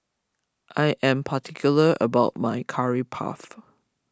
I am particular about my Curry Puff